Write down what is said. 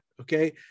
okay